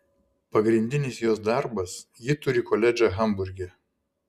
pagrindinis jos darbas ji turi koledžą hamburge